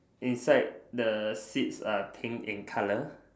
inside the seats are pink in color